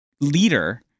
leader